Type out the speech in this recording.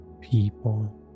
people